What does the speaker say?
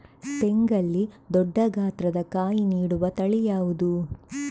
ತೆಂಗಲ್ಲಿ ದೊಡ್ಡ ಗಾತ್ರದ ಕಾಯಿ ನೀಡುವ ತಳಿ ಯಾವುದು?